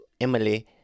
Emily